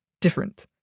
different